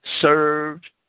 served